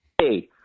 Hey